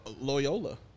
Loyola